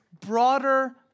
broader